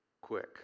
quick